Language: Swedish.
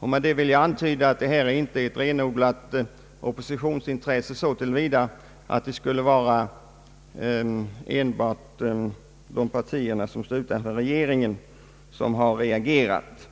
Jag vill antyda att det inte är ett renodlat oppositionsintresse så till vida att det skulle vara enbart partier som står utanför regeringen som har reagerat.